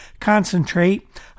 concentrate